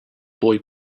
boy